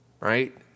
right